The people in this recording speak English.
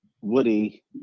Woody